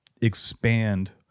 expand